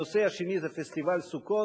הנושא השני זה פסטיבל סוכות.